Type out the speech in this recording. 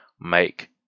make